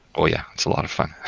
oh, yeah. it's a lot of fun.